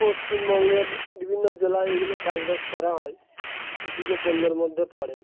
পশ্চিমবঙ্গের বিভিন্ন জেলায় এগুলো চাষবাস করা হয় কৃষিজ পণ্যর মধ্যে পড়ে